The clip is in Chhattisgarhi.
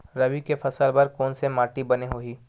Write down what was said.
रबी के फसल बर कोन से माटी बने होही?